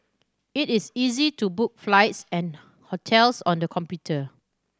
it is easy to book flights and hotels on the computer